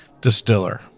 distiller